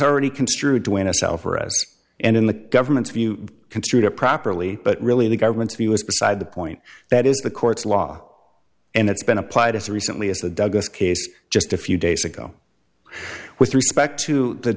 already construed to an s l for us and in the government's view construed it properly but really the government's view is beside the point that is the court's law and it's been applied as recently as the douglas case just a few days ago with respect to the